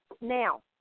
now